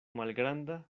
malgranda